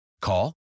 Call